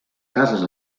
cases